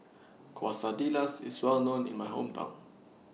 Quesadillas IS Well known in My Hometown